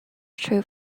true